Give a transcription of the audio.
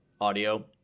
audio